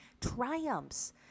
triumphs